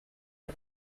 for